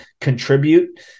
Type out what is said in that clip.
contribute